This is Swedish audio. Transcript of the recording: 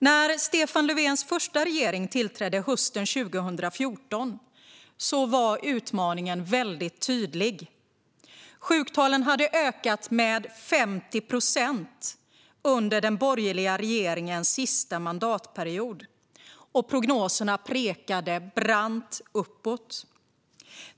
När Stefan Löfvens första regering tillträdde hösten 2014 var utmaningen tydlig. Sjuktalen hade ökat med 50 procent under den borgerliga regeringens sista mandatperiod, och prognoserna pekade brant uppåt.